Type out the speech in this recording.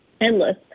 Endless